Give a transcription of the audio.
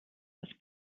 was